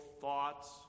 thoughts